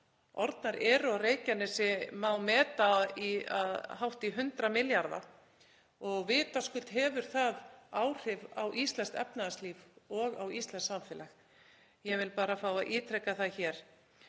orðnar eru á Reykjanesi má meta á hátt í 100 milljarða og vitaskuld hefur það áhrif á íslenskt efnahagslíf og íslenskt samfélag. Ég vil bara fá að ítreka það hér.